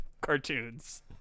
cartoons